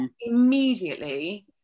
immediately